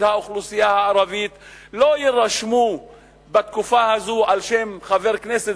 האוכלוסייה הערבית לא יירשמו בתקופה הזאת על שם חבר כנסת